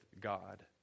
God